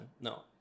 no